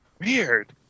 weird